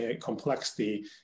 Complexity